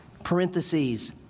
Parentheses